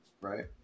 right